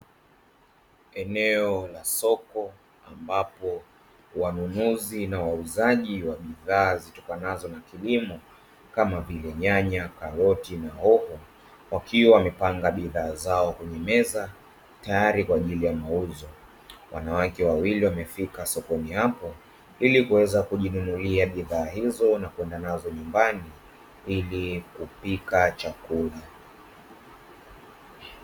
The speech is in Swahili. Eneo la soko ambapo wanunuzi na wauzaji wa bidhaa zitokanazo na kilimo kama vile nyanya, karoti na hoho wakiwa wamepanga bidhaa zao kwenye meza tayari kwa ajili ya mauzo. Wanawake wawili wamefika sokoni hapo ili kuweza kujinunulia bidhaa hizo na kwenda nazo nyumbani ili kupika chakula.